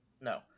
no